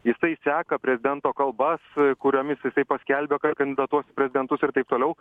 jisai seka prezidento kalbas kuriomis jisai paskelbė kad kandidatuos į prezidentus ir taip toliau